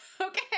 Okay